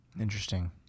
Interesting